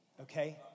okay